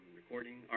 recording